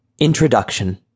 Introduction